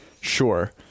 sure